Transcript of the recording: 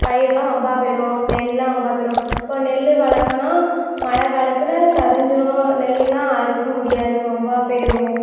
பயிரெல்லாம் வம்பாக போயிடும் நெல்லெல்லாம் வம்பாக போயிடும் இப்போ நெல் வளர்க்கணுனா மழைக் காலத்தில் சரிஞ்சுரும் நெல்லெல்லாம் அறுக்க முடியாது வம்பாக போயிடும்